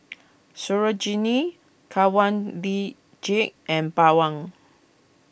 Sarojini Kanwaljit and Pawan